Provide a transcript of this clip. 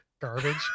Garbage